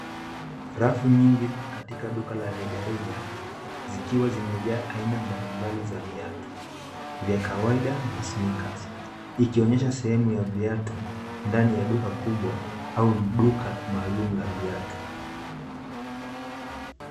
Rafu nyingi katika duka la rejareja zikiwa zimejaa aina mbalimbali za viatu vya kawaida na sneakers ikionyesha sehemu ya viatu ndani ya duka kubwa au duka maalum la viatu.